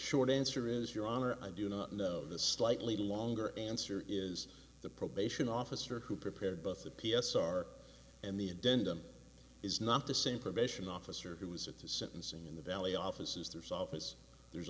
short answer is your honor i do not know the slightly longer answer is the probation officer who prepared both the p s r and the indent them is not the same probation officer who was at the sentencing in the valley offices there's office there's